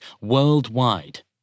worldwide